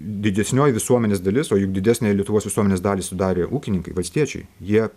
didesnioji visuomenės dalis o juk didesniąją lietuvos visuomenės dalį sudarė ūkininkai valstiečiai jie